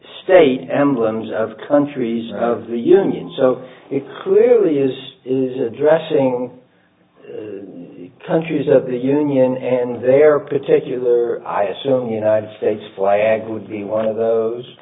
state emblems of countries of the union so it clearly is is addressing the countries of the union and their particular i assume united states flag would be one of those